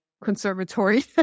conservatory